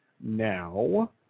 now